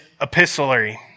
epistolary